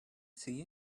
see